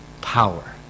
Power